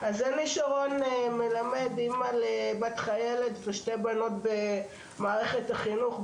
אז אני אמא לבת חיילת ושתי בנות במערכת החינוך,